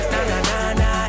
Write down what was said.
Na-na-na-na